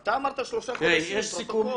אתה אמרת שלושה חודשים בפרוטוקול.